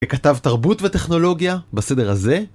ככתב תרבות וטכנולוגיה בסדר הזה?